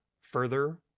further